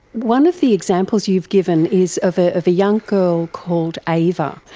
one of the examples you've given is of ah of a young girl called ava.